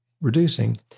reducing